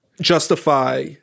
justify